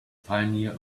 pioneer